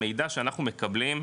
המידע שאנחנו מקבלים,